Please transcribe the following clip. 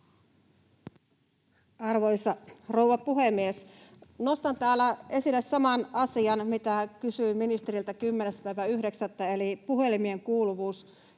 Arvoisa rouva puhemies! Nostan täällä esille saman asian, mitä kysyin ministeriltä 10.9., eli puhelimien kuuluvuuden,